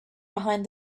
behind